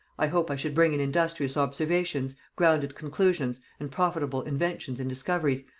i hope i should bring in industrious observations, grounded conclusions, and profitable inventions and discoveries,